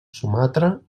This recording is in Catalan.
sumatra